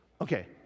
Okay